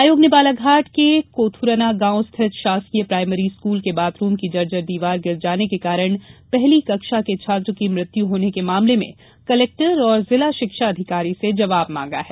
आयोग ने बालाघाट के कोथुरना गांव स्थित शासकीय प्रायमरी स्कूल के बाथरूम की जर्जर दीवार गिर जाने के कारण पहली कक्षा के छात्र की मृत्यु होने के मामले में कलेक्टर और जिला शिक्षा अधिकारी से जवाब मांगा है